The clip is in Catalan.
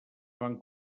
van